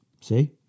See